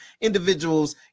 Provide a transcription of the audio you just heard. individuals